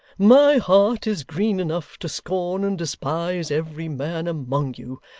my heart is green enough to scorn and despise every man among you,